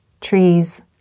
Trees